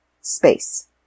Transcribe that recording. space